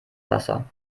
wasser